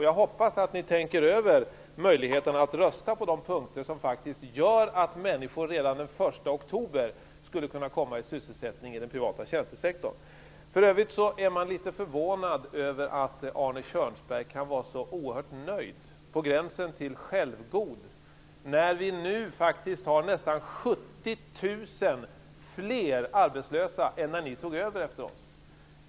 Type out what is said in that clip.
Jag hoppas att ni tänker över möjligheten att rösta för de punkter som gör att människor redan den 1 oktober skulle få sysselsättning inom den privata tjänstesektorn. För övrigt är man litet förvånad över att Arne Kjörnsberg kan vara så oerhört nöjd, på gränsen till självgod när vi faktiskt har nästan 70 000 fler arbetslösa än när ni tog över efter oss.